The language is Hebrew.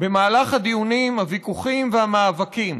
במהלך הדיונים, הוויכוחים והמאבקים,